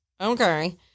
Okay